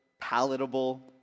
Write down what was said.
palatable